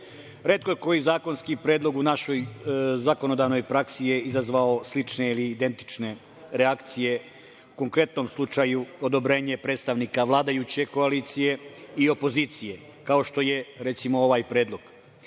je koji zakonski predlog u našoj zakonodavnoj praksi izazvao slične ili identične reakcije, u konkretnom slučaju odobrenje predstavnika vladajuće koalicije o opozicije, kao što je, recimo, ovaj predlog. Srbija